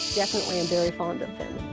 definitely i'm very fond of them.